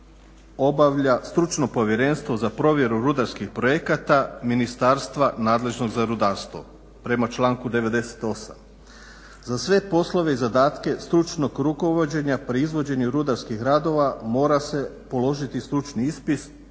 obavlja stručno Povjerenstvo za provjeru rudarskih projekata ministarstva nadležnog za rudarstvo. Prema članku 98. za sve poslove i zadatke stručnog rukovođenja pri izvođenju rudarskih radova mora se položiti stručni ispit